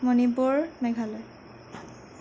Manipur Meghalaya